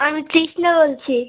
আমি তৃষ্ণা বলছি